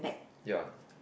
ya